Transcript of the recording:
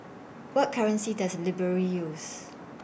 What currency Does Liberia use